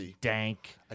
dank